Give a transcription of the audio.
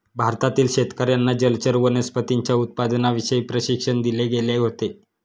भारतातील शेतकर्यांना जलचर वनस्पतींच्या उत्पादनाविषयी प्रशिक्षण दिले गेले होते